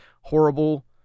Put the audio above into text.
horrible